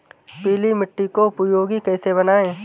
पीली मिट्टी को उपयोगी कैसे बनाएँ?